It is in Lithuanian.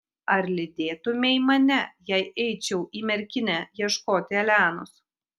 ar lydėtumei mane jei eičiau į merkinę ieškoti elenos